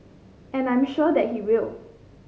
and I'm sure that he will